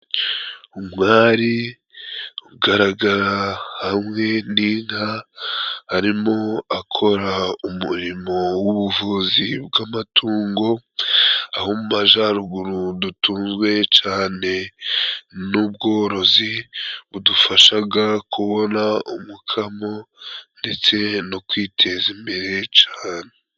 Umwari ugaragara hamwe n'inka, arimo akora umurimo w'ubuvuzi bw'amatungo, abo mu majaruguru dutunzwe cane n'ubworozi, budufashaga kubona umukamo ndetse no kwiteza imbere cane.